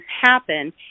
happen